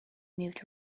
moved